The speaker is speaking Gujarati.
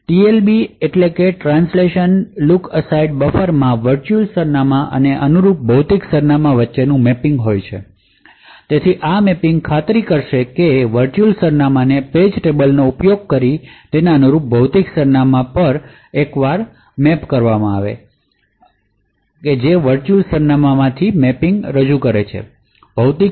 TLB એટલે કે ટ્રાન્સલેશન લૂક એસાઇડ બફરમાં વર્ચુઅલ સરનામાં અને અનુરૂપ ફિજિકલસરનામાં વચ્ચેનો મેપિંગ છે તેથી આ મેપિંગ ખાતરી કરશે કે વર્ચુઅલ સરનામાંને પેજ ટેબલનો ઉપયોગ કરીને તેના અનુરૂપ ફિજિકલસરનામાં પર એકવાર મેપ કરવામાં આવે છે જે તે વર્ચુઅલ સરનામાંમાંથી મેપિંગ રજૂ કરે છે